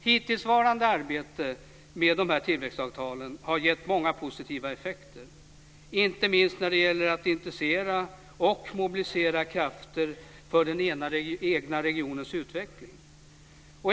Hittillsvarande arbete med dessa tillväxtavtal har gett många positiva effekter, inte minst när det gäller att intressera och mobilisera krafter för den egna regionens utveckling.